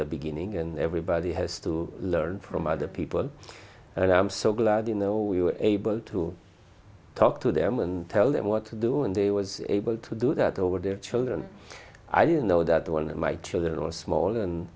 the beginning and everybody has to learn from other people and i'm so glad you know we were able to talk to them and tell them what to do and they was able to do that over their children i didn't know that one of my children were small and